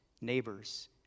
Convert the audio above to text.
neighbors